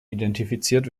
identifiziert